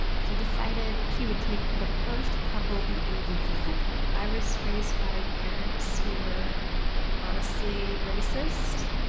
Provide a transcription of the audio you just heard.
she decided she would take the first couple the agency sent her i was raised by parents who were honestly racist.